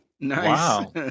Wow